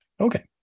Okay